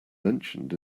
mentioned